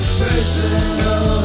personal